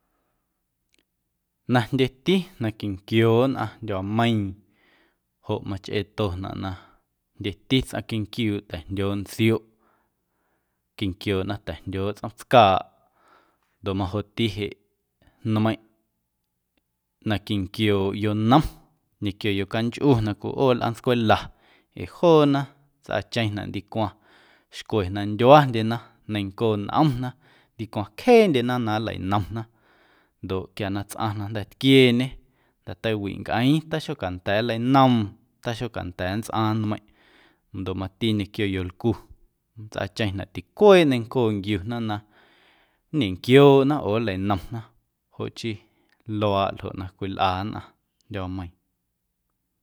Na jndyeti na quinquiooꞌ nnꞌaⁿ ndyuaameiiⁿ joꞌ machꞌeetonaꞌ na jndyeti tsꞌaⁿ quinquiuuꞌ ta̱jndyooꞌ ntsioꞌ, quinquiooꞌna ta̱jndyooꞌ tsꞌoomtscaaꞌ ndoꞌ majoꞌti jeꞌ nmeiⁿꞌ na quinquiooꞌ yonom ñequio yocanchꞌu na cwiꞌoo lꞌaantscwela ee joona nntsꞌaacheⁿnaꞌ ndicwaⁿ xcwe na ndyuandyena, neiⁿnco nꞌomna ndicwa cjeendyena na nleinomna ndoꞌ quia na tsꞌaⁿ na jnda̱ tquieñe jnda̱ tawiꞌ ncꞌeeⁿ taxocanda̱a̱ nleinoom, taxocanda̱a̱ ntsꞌaaⁿ nmeiⁿꞌ ndoꞌ mati ñequio yolcu nntsꞌaacheⁿnaꞌ ticueeꞌ neiⁿncooꞌ nquiuna na ñenquiooꞌna oo nleinomna joꞌ chii luaaꞌ ljoꞌ na cwilꞌa nnꞌaⁿ ndyuaameiiⁿ.